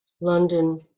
London